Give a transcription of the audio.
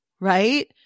right